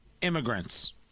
immigrants